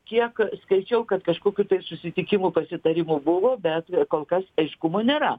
kiek skaičiau kad kažkokių susitikimų pasitarimų buvo bet kol kas aiškumo nėra